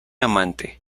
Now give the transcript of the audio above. amante